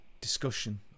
discussion